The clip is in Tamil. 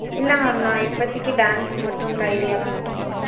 இல்லை மேம் நான் இப்போத்திக்கு டான்ஸ் மட்டும் இந்த ஐடியாவில் மட்டும்தான்